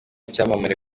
icyamamare